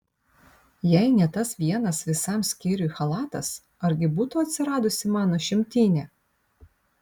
jei ne tas vienas visam skyriui chalatas argi būtų atsiradusi mano šimtinė